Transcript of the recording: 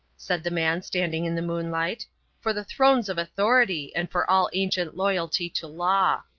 said the man standing in the moonlight for the thrones of authority and for all ancient loyalty to law.